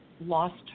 lost